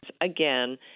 again